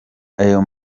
ayo